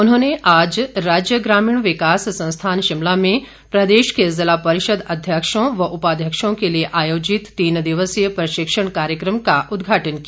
उन्होंने आज राज्य ग्रामीण विकास संस्थान शिमला में प्रदेश के जिला परिषद अध्यक्षों व उपाध्यक्षों के लिए आयोजित तीन दिवसीय प्रशिक्षण कार्यक्रम का उदघाटन किया